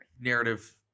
Narrative